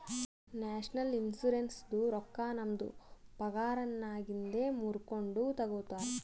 national ಇನ್ಶುರೆನ್ಸದು ರೊಕ್ಕಾ ನಮ್ದು ಪಗಾರನ್ನಾಗಿಂದೆ ಮೂರ್ಕೊಂಡು ತಗೊತಾರ್